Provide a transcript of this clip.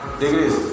degrees